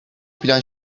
plan